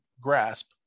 grasp